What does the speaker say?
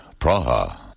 Praha